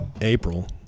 April